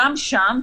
גם שם,